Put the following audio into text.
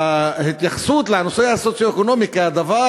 התייחסות לנושא הסוציו-אקונומי כאל הדבר